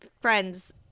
friends